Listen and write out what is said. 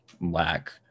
lack